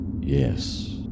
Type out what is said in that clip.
Yes